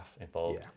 involved